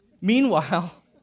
Meanwhile